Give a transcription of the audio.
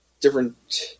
different